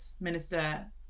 minister